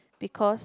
because